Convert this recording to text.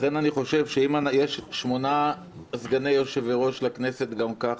לכן אני חושב שאם יש שמונה סגני יושב-ראש לכנסת גם ככה,